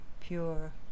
pure